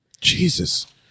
Jesus